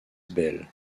bell